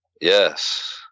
Yes